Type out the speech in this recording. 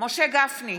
משה גפני,